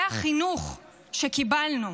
זה החינוך שקיבלנו.